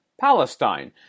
Palestine